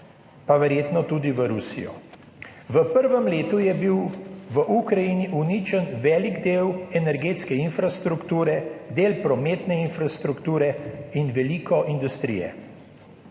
pa verjetno tudi v Rusijo. V prvem letu je bil v Ukrajini uničen velik del energetske infrastrukture, del prometne infrastrukture in veliko industrije.